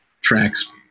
tracks